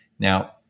Now